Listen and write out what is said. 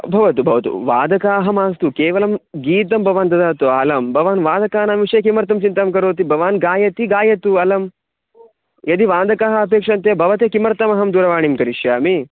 भवतु भवतु वादकाः मास्तु केवलं गीतं भवान् ददातु आलम् भवान् वादकानां विषये किमर्थं चिन्तां करोति भवान् गायतु गायतु अलम् यदि वादकाः अपेक्षन्ते भवते किमर्थमहं दूरवाणीं करिष्यामि